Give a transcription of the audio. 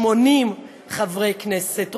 80 חברי כנסת,